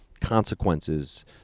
consequences